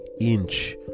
inch